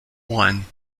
one